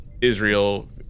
Israel